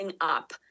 up